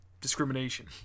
discrimination